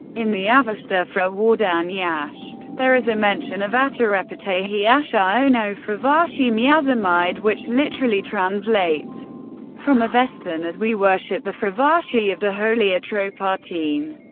in the avesta, frawardin yasht, there is a mention of aterepatahe ashaono fravashim yazamaide, which literally translates from avestan as we worship the fravashi of the holy atropatene.